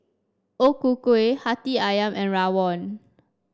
O Ku Kueh Hati ayam and Rawon